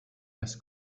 les